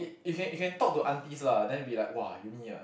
you you can you can talk to aunties lah then it be like !wah! uni ah